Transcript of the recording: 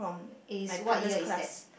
is what year is that